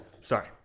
sorry